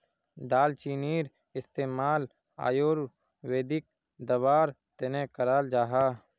दालचीनीर इस्तेमाल आयुर्वेदिक दवार तने कराल जाहा